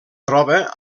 troba